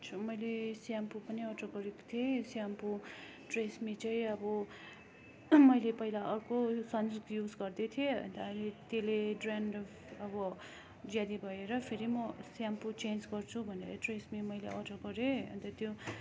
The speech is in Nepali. हिजो मैले सेम्पू पनि अर्डर गरेको थिएँ सेम्पू ट्रेस्मी चाहिँ अब मैले पहिला अर्को सन्सिल्क युज गर्दै थिएँ अन्त अहिले त्यसले डेन्ड्रफ अब ज्यादै भएर फेरि म सेम्पू चेन्ज गर्छु भनेर ट्रेस्मी मैले अर्डर गरेँ अन्त त्यो